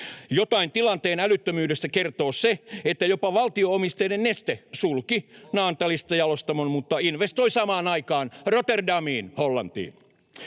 Jotain tilanteen älyttömyydestä kertoo, että jopa valtio-omisteinen Neste sulki Naantalista jalostamon mutta investoi samaan aikaan Rotterdamiin Hollantiin.